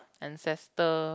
ancestor